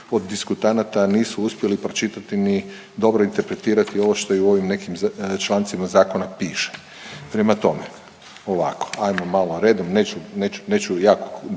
od diskutanata nisu uspjeli pročitati ni dobro interpretirati ovo što u ovim nekim člancima zakona piše. Prema tome, ovako ajmo malo redom neću,